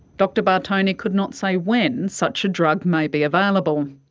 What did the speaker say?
dr bartone could not say when such a drug may be available.